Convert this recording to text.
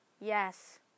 Yes